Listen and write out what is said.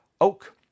Oak